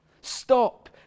Stop